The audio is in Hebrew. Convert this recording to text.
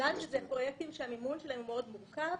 בגלל שאלו פרויקטים שהמימון שלהם הוא מאוד מורכב,